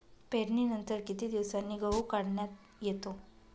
पेरणीनंतर किती दिवसांनी गहू काढण्यात येतो?